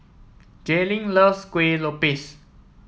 Jaylin loves Kuih Lopes